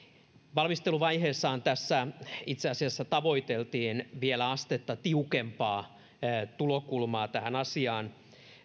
valmisteluvaiheessahan tässä itse asiassa tavoiteltiin vielä astetta tiukempaa tulokulmaa tähän asiaan